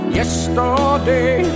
yesterday